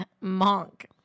Monk